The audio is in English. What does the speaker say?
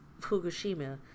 Fukushima